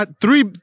Three